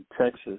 Texas